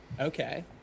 Okay